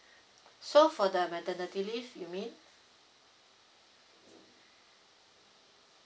so for the maternity leave you mean